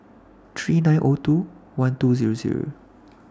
three nine two one two